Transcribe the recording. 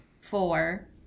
Four